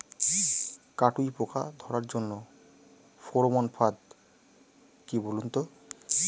কাটুই পোকা ধরার জন্য ফেরোমন ফাদ কি বলুন তো?